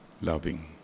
loving